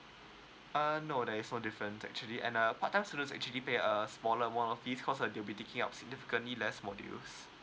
uh no there is no different actually and uh part time student actually pay a smaller amount of fees cause uh they'll be taking up significantly less modules